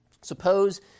Suppose